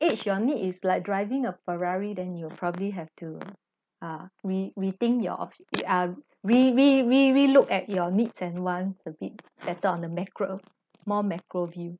age your need is like driving a ferrari than you'll probably have to uh re~re-think your options are re~ re~ re~ re- look at your needs and wants a bit better on the macro more macro view